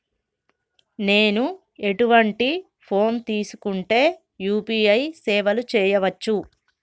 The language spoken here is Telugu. నేను ఎటువంటి ఫోన్ తీసుకుంటే యూ.పీ.ఐ సేవలు చేయవచ్చు?